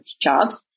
jobs